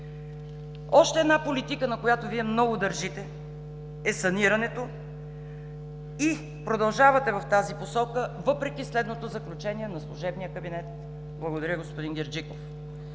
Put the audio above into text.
Още една политика, на която Вие много държите, е санирането и продължавате в тази посока, въпреки следното заключение на служебния кабинет. Благодаря, господин Герджиков.